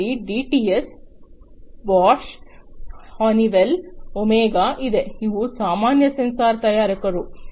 ನಿಮ್ಮಲ್ಲಿ DTS Bosch Honeywell Omega ಇದೆ ಇವು ಸಾಮಾನ್ಯ ಸೆನ್ಸರ್ ತಯಾರಕರು